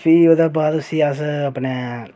फ्ही ओह्दे बाद उसी अस अपने